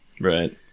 Right